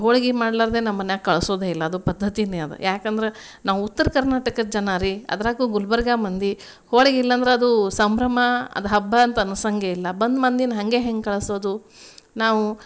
ಹೋಳಿಗೆ ಮಾಡ್ಲಾರದೇ ನಮ್ಮನ್ಯಾಗೆ ಕಳಿಸೋದೇ ಇಲ್ಲ ಅದು ಪದ್ಧತಿಯೇ ಅದ ಯಾಕೆಂದ್ರೆ ನಾವು ಉತ್ತರ ಕರ್ನಾಟಕದ ಜನರೀ ಅದ್ರಾಗು ಗುಲ್ಬರ್ಗ ಮಂದಿ ಹೋಳಿಗಿ ಇಲ್ಲಾಂದ್ರೆ ಅದು ಸಂಭ್ರಮ ಅದು ಹಬ್ಬ ಅಂತೆ ಅನ್ಸಂಗೇ ಇಲ್ಲ ಬಂದ ಮಂದಿನ ಹಂಗೇ ಹೆಂಗೆ ಕಳಿಸೋದು ನಾವು